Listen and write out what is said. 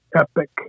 epic